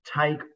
take